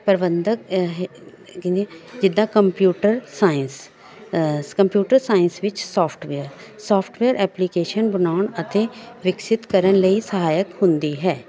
ਪ੍ਰਬੰਧਕ ਇਹ ਜਿੱਦਾਂ computer science ਸ ਕੰਪਿਊਟਰ ਸਾਇੰਸ ਵਿੱਚ ਸੋਫਟਵੇਅਰ ਸੋਫਟਵੇਅਰ ਐਪਲੀਕੇਸ਼ਨ ਬਣਾਉਣ ਅਤੇ ਵਿਕਸਿਤ ਕਰਨ ਲਈ ਸਹਾਇਕ ਹੁੰਦੀ ਹੈ